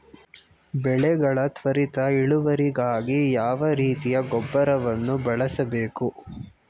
ಬೆಳೆಗಳ ತ್ವರಿತ ಇಳುವರಿಗಾಗಿ ಯಾವ ರೀತಿಯ ಗೊಬ್ಬರವನ್ನು ಬಳಸಬೇಕು?